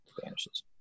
vanishes